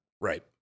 Right